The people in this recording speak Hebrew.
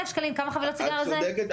את צודקת,